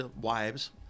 wives